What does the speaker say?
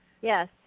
Yes